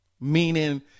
meaning